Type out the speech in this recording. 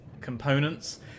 components